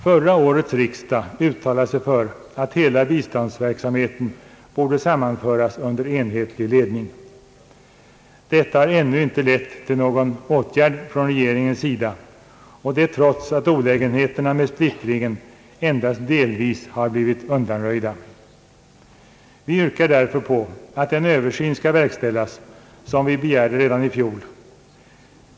Förra årets riksdag uttalade sig för att hela biståndsverksamheten skulle sammanföras under enhetlig ledning. Detta har ännu inte lett till någon åtgärd från regeringens sida, och det trots att olägenheterna med splittringen endast delvis har undanröjts. Vi yrkar därför på att den översyn skall verkställas som vi begärde redan i fjol.